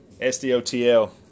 S-D-O-T-L